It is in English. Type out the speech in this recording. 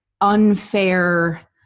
unfair